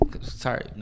sorry